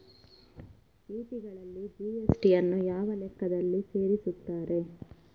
ಚೀಟಿಗಳಲ್ಲಿ ಜಿ.ಎಸ್.ಟಿ ಯನ್ನು ಯಾವ ಲೆಕ್ಕದಲ್ಲಿ ಸೇರಿಸುತ್ತಾರೆ?